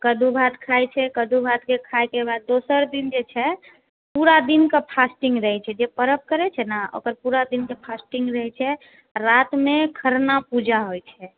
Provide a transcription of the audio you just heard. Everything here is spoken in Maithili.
कद्दू भात खाइ छै कद्दू भात खाइ के दोसर दिन जे छै पूरा दिन के फ़ास्टिंग रहै छै जे परव करै छै ने ओकर पूरा दिन के फास्टिंग रहै छै आ रात मे खरना पूजा होइ छै